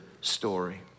story